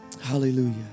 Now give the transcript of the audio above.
Hallelujah